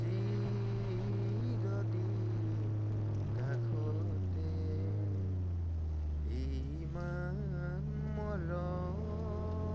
চিৰদিন কাষতে ইমান মৰম